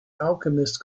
alchemist